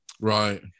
right